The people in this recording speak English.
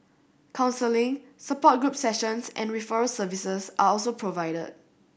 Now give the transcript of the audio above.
counselling support group sessions and referral services are also provided